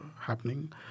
happening